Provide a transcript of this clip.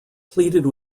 pleaded